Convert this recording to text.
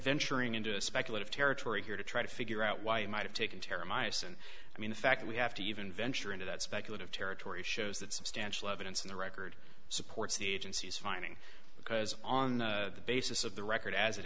venturing into speculative territory here to try to figure out why it might have taken tara myosin i mean the fact that we have to even venture into that speculative territory shows that substantial evidence in the record supports the agency's finding because on the basis of the record as it